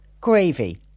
gravy